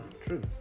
True